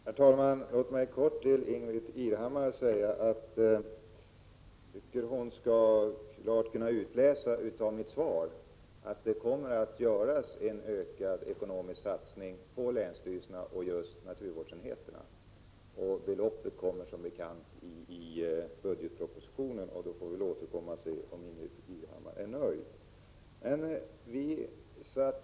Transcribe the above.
Herr talman! Låt mig kort säga till Ingbritt Irhammar att jag tycker hon skall kunna klart utläsa av mitt svar att det kommer att göras en ökad ekonomisk satsning på länsstyrelserna, på just naturvårdsenheterna. Beloppet skall som bekant anges i budgetpropositionen. Vi får väl återkomma och se om Ingbritt Irhammar är nöjd.